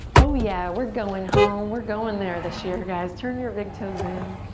oh, yeah, we're going home. we're going there this year, guys. turn your big toes in.